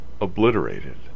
obliterated